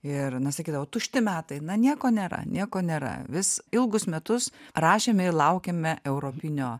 ir na sakydavo tušti metai na nieko nėra nieko nėra vis ilgus metus rašėme ir laukėme europinio